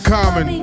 Common